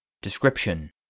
Description